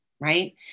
right